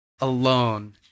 alone